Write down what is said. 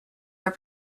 are